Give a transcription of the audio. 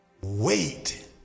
wait